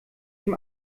dem